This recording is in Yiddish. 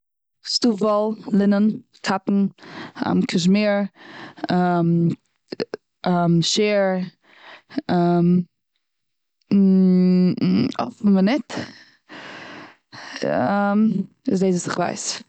ס'איז דא וואל, לינען, קאטאן, א קאשמיר, שיר, אויפן מינוט איז דאס וואס איך ווייס.